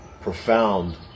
profound